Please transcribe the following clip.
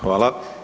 Hvala.